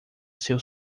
seu